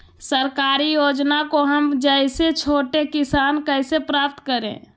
सरकारी योजना को हम जैसे छोटे किसान कैसे प्राप्त करें?